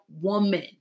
woman